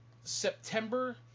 September